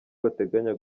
bateganya